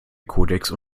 codecs